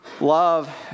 Love